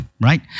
right